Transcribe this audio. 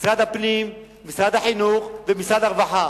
משרד הפנים, משרד החינוך ומשרד הרווחה,